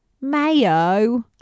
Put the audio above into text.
mayo